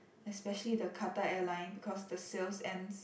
especially the Quatar Airline because the sales ends